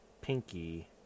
Pinky